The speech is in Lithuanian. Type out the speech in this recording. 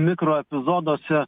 mikro epizoduose